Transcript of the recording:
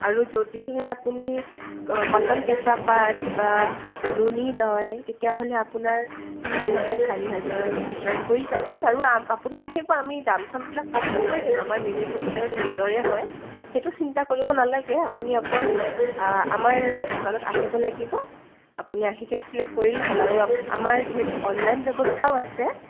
আৰু যদিহে আপুনি কটন কেঁচা পাট বা নুনি লয় তেতিয়াহ'লে আপোনাৰ তিনি হাজাৰ চাৰি হাজাৰৰ ভিতৰত পৰি যাব আৰু আপুনি আহিব আমি দাম চামবিলাক কম চম কৰি দিম আমাৰ মেনুফেকচাৰ নিজৰে হয় সেইটো চিন্তা কৰিব নালাগে আপুনি অকল আমাৰ দোকানত আহিব লাগিব আপুনি আহি কিনে চিলেক্ট কৰিলে হ'ল আৰু আমাৰ যিহেতু অনলাইন ব্যৱস্থাও আছে